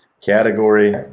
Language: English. category